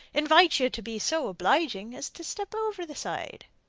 invite you to be so obliging as to step over the side.